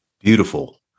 Beautiful